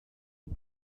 die